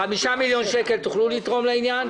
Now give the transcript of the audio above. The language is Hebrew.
5 מיליון שקל תוכלו לתרום לעניין?